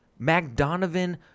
McDonovan